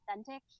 authentic